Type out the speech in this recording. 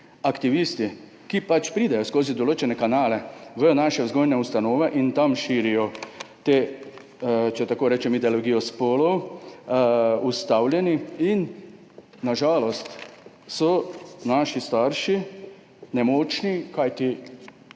aktivisti, ki pač pridejo skozi določene kanale v naše vzgojne ustanove in tam širijo to ideologijo spolov, ustavljeni. Na žalost so naši starši nemočni, kajti